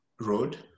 Road